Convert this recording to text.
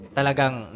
talagang